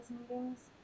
meetings